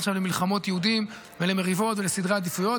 אני לא רוצה להיכנס עכשיו למלחמות יהודים ולמריבות ולסדרי עדיפויות,